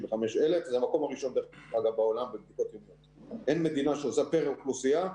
35,000. זה המקום הראשון בעולם בבדיקות יומיות פר נפש.